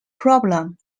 problem